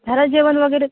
झालं जेवण वगैरे